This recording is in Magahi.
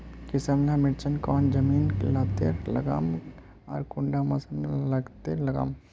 किसम ला मिर्चन कौन जमीन लात्तिर लगाम आर कुंटा मौसम लात्तिर लगाम?